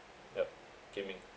yup Kian Ming